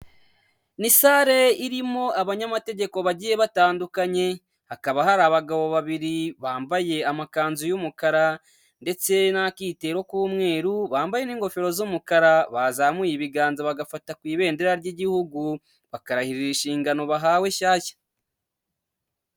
Ni sale irimo abanyamategeko bagiye batandukanye. Hakaba hari abagabo babiri bambaye amakanzu y'umukara, ndetse n'akitero k'umweru, bambaye n'ingofero z'umukara, bazamuye ibiganza bagafata ku ibendera ry'igihugu, bakarahirira inshingano bahawe nshyashya.